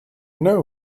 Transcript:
know